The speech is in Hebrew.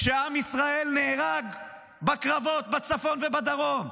כשעם ישראל נהרג בקרבות בצפון ובדרום,